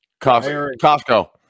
Costco